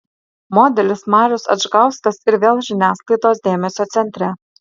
modelis marius adžgauskas ir vėl žiniasklaidos dėmesio centre